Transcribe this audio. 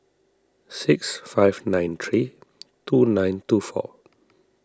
six five nine three two nine two four